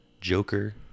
Joker